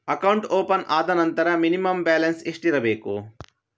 Account open ಆದ ನಂತರ minimum balance ಎಷ್ಟಿರಬೇಕು?